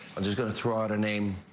i'm just gonna throw out a name.